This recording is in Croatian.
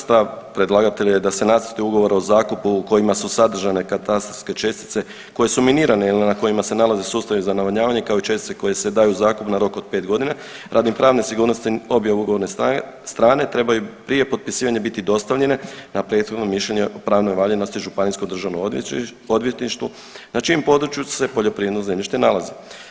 Stav predlagatelja je da se nacrti ugovora o zakupu u kojima su sadržane katastarske čestice koje su minirane ili na kojima se nalaze sustavi za navodnjavanje kao i čestice koje se daju u zakup na rok od pet godina radi pravne sigurnosti obje ugovorne strane trebaju prije potpisivanja biti dostavljene na prethodno mišljenje o pravnoj valjanosti županijskom državnom odvjetništvu na čijem području se poljoprivredno zemljište nalazi.